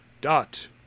dot